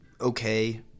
okay